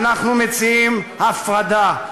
אנחנו מציעים הפרדה.